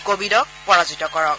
কোৱিডক পৰাজিত কৰক